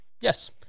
Yes